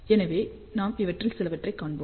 எனவே நாம் இவற்றில் சிலவற்றைக் காண்போம்